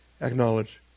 acknowledge